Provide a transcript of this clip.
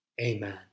Amen